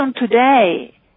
today